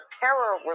terror